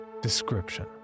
Description